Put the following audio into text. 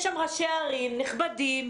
יש שם ראשי עיריות נכבדים,